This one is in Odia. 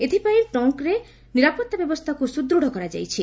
ଏଥିପାଇଁ ଟୋଙ୍କ୍ରେ ନିରାପତ୍ତା ବ୍ୟବସ୍ଥାକୁ ସୁଦୂଢ଼ କରାଯାଇଛି